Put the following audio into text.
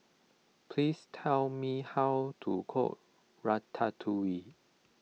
please tell me how to cook Ratatouille